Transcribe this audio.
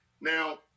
Now